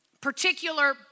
particular